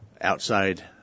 outside